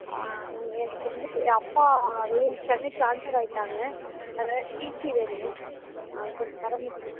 ஆ எங்க எனக்கு இப்போ வந்துவிட்டு என் அப்பா வெளியில சென்னை டிரான்ஸ்ஃபர் ஆயிவிட்டாங்க அதனால் டிசி வேணும் கொஞ்சம் தர முடியுமா